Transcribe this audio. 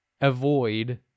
avoid